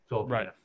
Right